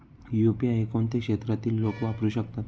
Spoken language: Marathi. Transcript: यु.पी.आय हे कोणत्या क्षेत्रातील लोक वापरू शकतात?